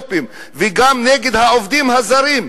גם נגד האתיופים וגם נגד העובדים הזרים,